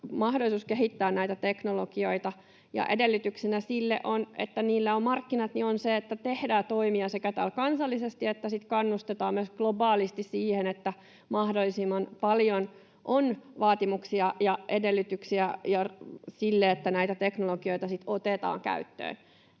mahdollisuus kehittää näitä teknologioita. Edellytyksenä sille, että niille on markkinat, on se, että tehdään toimia sekä täällä kansallisesti että sitten kannustetaan myös globaalisti siihen, että mahdollisimman paljon on vaatimuksia ja edellytyksiä sille, että näitä teknologioita otetaan käyttöön.